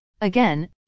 Again